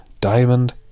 Diamond